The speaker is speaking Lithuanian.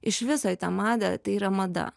iš viso į tą madą tai yra mada